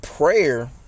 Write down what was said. Prayer